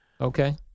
Okay